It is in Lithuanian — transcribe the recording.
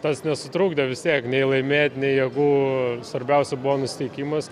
tas nesutrukdė vis tiek nei laimėt nei jėgų svarbiausia buvo nusiteikimas